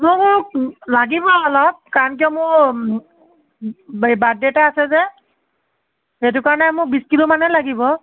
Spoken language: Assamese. মোক লাগিবই অলপ কাৰণ কিয় মোৰ বাৰ্ডে এটা আছে যে সেইটো কাৰণে মোক বিশ কিলো মানে লাগিব